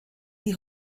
die